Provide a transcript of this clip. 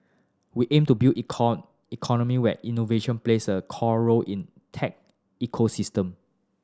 we aim to build economy where innovation plays a core role in tech ecosystem